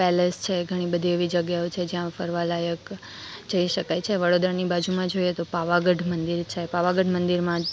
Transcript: palace છે ઘણી બધી એવી જગ્યાઓ છે જયાં ફરવા લાયક જઈ શકાય છે વડોદરાની બાજુમાં જોઈએ તો પાવાગઢ મંદિર છે પાવાગઢ મંદિરમાં